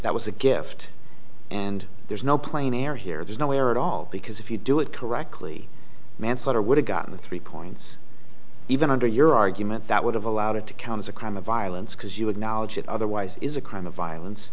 that was a gift and there's no plane air here there's no air at all because if you do it correctly manslaughter would have gotten three points even under your argument that would have allowed it to count as a crime of violence because you acknowledge it otherwise is a crime of violence